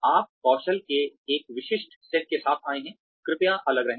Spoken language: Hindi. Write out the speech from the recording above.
आप कौशल के एक विशिष्ट सेट के साथ आए हैं कृपया अलग रहें